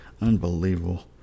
Unbelievable